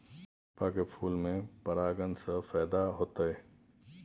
चंपा के फूल में परागण से फायदा होतय?